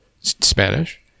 Spanish